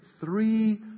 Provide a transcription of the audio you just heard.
three